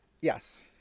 Yes